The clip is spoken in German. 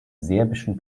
serbischen